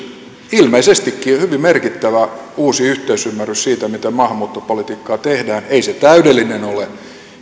ilmeisestikin jo hyvin merkittävä uusi yhteisymmärrys siitä miten maahanmuuttopolitiikkaa tehdään ei se täydellinen ole